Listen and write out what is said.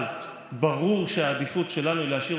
אבל ברור שהעדיפות שלנו היא להשאיר